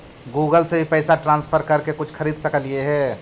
Google से भी पैसा ट्रांसफर कर के कुछ खरिद सकलिऐ हे?